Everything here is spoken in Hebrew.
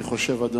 אני חושב, אדוני,